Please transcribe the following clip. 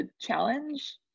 challenge